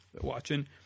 watching